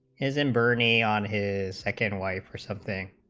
his and bernie on his second wife for something